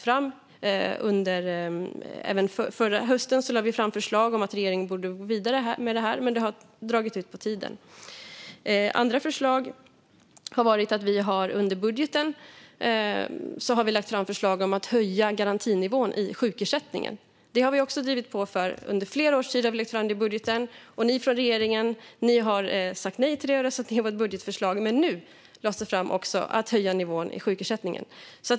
Förra hösten lade vi fram förslag om att regeringen borde gå vidare med detta, men det har dragit ut på tiden. Vi har lagt fram förslag om att höja garantinivån i sjukersättningen. Det har vi också drivit. Under flera års tid har vi lyft fram det i budgeten, och ni från regeringen har sagt nej till det och röstat ned våra budgetförslag. Men nu lades det fram förslag om att höja nivån i sjukersättningen.